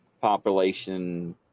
population